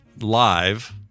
live